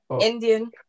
Indian